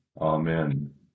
Amen